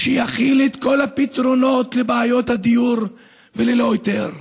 שיכיל את כל הפתרונות לבעיות הדיור ללא היתר,